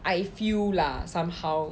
I feel lah somehow